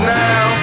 now